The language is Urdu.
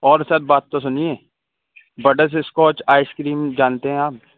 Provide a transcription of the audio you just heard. اور سر بات تو سنیے بٹرس اسکوچ آئس کریم جانتے ہیں آپ